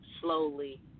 slowly